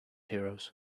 heroes